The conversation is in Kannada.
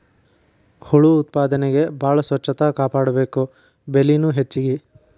ಹುಳು ಉತ್ಪಾದನೆಗೆ ಬಾಳ ಸ್ವಚ್ಚತಾ ಕಾಪಾಡಬೇಕ, ಬೆಲಿನು ಹೆಚಗಿ